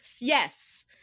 yes